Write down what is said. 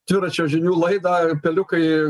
dviračio žinių laidą peliukai